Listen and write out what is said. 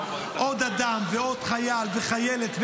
עוד אדם ועוד חייל וחיילת,